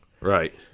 Right